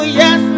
yes